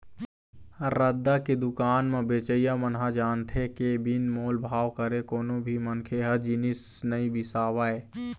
रद्दा के दुकान म बेचइया मन ह जानथे के बिन मोल भाव करे कोनो भी मनखे ह जिनिस नइ बिसावय